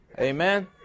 amen